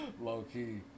Low-key